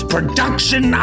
Production